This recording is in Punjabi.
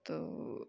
ਤੋ